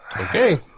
okay